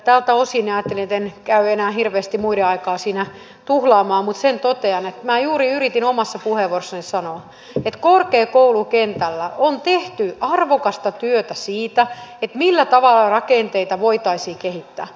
tältä osin ajattelin etten käy enää hirveästi muiden aikaa tuhlaamaan mutta sen totean että minä juuri yritin omassa puheenvuorossani sanoa että korkeakoulukentällä on tehty arvokasta työtä siinä millä tavalla rakenteita voitaisiin kehittää